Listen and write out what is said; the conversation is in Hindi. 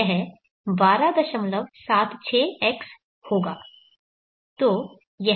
तो यह 1276x होगा